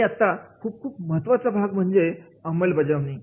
आणि आता खूप खूप महत्वाचा भाग म्हणजे अंमलबजावणी